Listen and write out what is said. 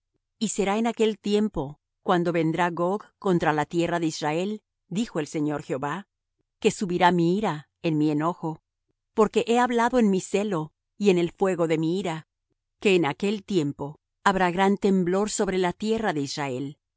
y será en aquel tiempo cuando vendrá gog contra la tierra de israel dijo el señor jehová que subirá mi ira en mi enojo porque he hablado en mi celo y en el fuego de mi ira que en aquel tiempo habrá gran temblor sobre la tierra de israel